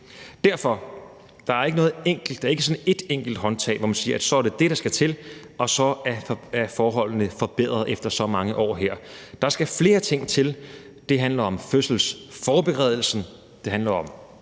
Derfor er der ikke noget enkelt håndtag, hvor man kan sige, at så er det det, der skal til, og så vil forholdene være forbedret efter så mange år her. Der skal flere ting til, og det handler om fødselsforberedelsen, det handler om